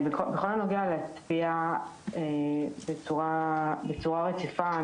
בכל הנוגע לצפייה בצורה רציפה,